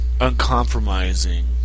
uncompromising